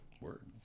Word